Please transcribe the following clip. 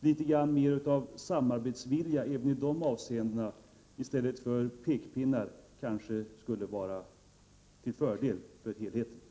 Det kanske skulle vara till fördel för helheten med litet mer av samarbetsvilja än av pekpinnar även i dessa avseenden.